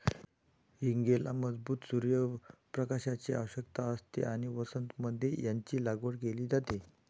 हींगेला मजबूत सूर्य प्रकाशाची आवश्यकता असते आणि वसंत मध्ये याची लागवड केली जाते